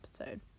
episode